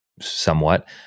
somewhat